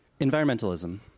Environmentalism